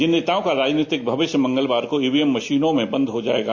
इन नेताओं का राजनीतिक भविष्य मंगलवार को ईवीएम मशीन में बन्द हो जाएगा